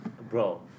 bro